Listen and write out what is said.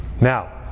Now